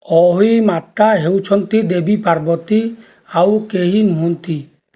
ଅହୋଇ ମାତା ହେଉଛନ୍ତି ଦେବୀ ପାର୍ବତୀ ଆଉ କେହି ନୁହଁନ୍ତି